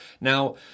Now